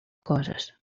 coses